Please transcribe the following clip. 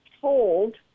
told